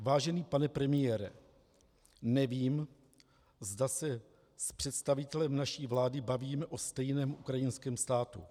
Vážený pane premiére, nevím, zda se s představitelem naší vlády bavíme o stejném ukrajinském státu.